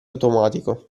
automatico